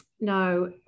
no